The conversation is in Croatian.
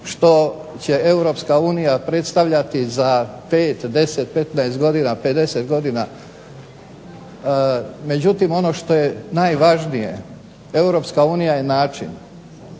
unija predstavljati za 5, 10, 15 godina, 50 godina međutim, ono što je najvažnije Europska